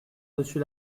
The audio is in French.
dessus